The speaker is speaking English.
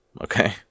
Okay